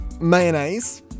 Mayonnaise